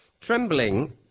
Trembling